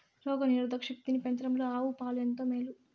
రోగ నిరోధక శక్తిని పెంచడంలో ఆవు పాలు ఎంతో మేలు